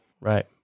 Right